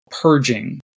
purging